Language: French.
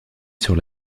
sur